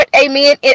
amen